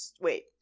wait